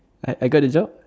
I got a job